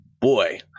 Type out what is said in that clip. boy